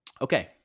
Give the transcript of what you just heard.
Okay